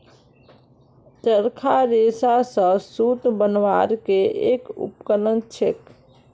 चरखा रेशा स सूत बनवार के एक उपकरण छेक